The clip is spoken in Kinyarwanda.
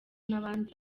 n’abandi